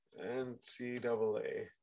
NCAA